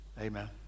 amen